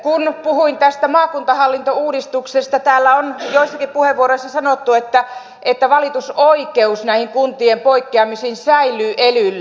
kun puhuin tästä maakuntahallintouudistuksesta täällä on joissakin puheenvuoroissa sanottu että valitusoikeus näihin kuntien poikkeamisiin säilyy elyllä